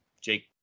Jake